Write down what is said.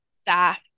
staff